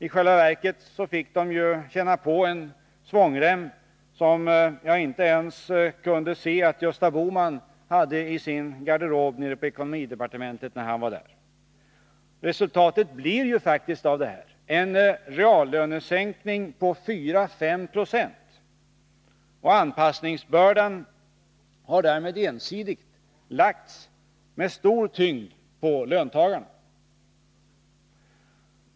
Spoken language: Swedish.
I själva verket fick de känna på en svångrem som inte ens Gösta Bohman hade i sin garderob på ekonomidepartementet när han var där. Resulatet av detta blir faktiskt en reallönesänkning på 4-5 26. Anpassningsbördan har därmed ensidigt lagts med stor tyngd på löntagarna.